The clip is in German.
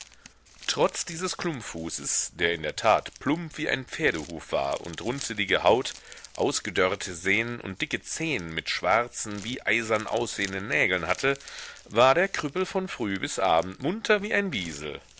trotz dieses klumpfußes der in der tat plump wie ein pferdehuf war und runzelige haut ausgedörrte sehnen und dicke zehen mit schwarzen wie eisern aussehenden nägeln hatte war der krüppel von früh bis abend munter wie ein wiesel